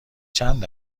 چند